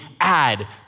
add